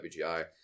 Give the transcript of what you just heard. WGI